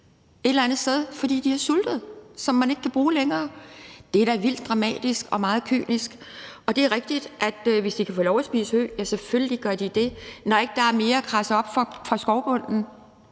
De bliver aflivet, fordi de har sultet, og dem kan man ikke bruge længere. Det er da vildt dramatisk og meget kynisk. Og det er rigtigt, at hvis de kan få lov at spise hø, gør de selvfølgelig det, når der ikke er mere at kradse op fra skovbunden.